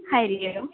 हरिः ओम्